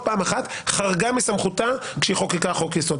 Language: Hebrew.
חרגה מסמכותה כשהיא חוקקה חוק יסוד.